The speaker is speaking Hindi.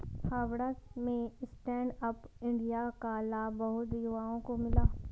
हावड़ा में स्टैंड अप इंडिया का लाभ बहुत युवाओं को मिला